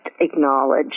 acknowledge